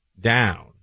down